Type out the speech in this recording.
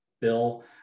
bill